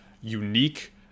unique